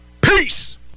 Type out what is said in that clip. Peace